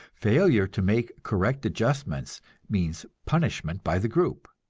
failure to make correct adjustments means punishment by the group,